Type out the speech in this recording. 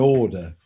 order